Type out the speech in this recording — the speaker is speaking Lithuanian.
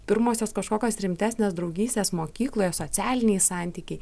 pirmosios kažkokios rimtesnės draugystės mokykloje socialiniai santykiai